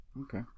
okay